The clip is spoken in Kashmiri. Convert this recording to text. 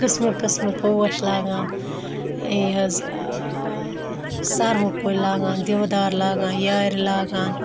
قٕسمہ قٕسمہ پوش لاگان یہِ حظ سَروٕ کُلۍ لاگان دِودار لاگان یارِ لاگان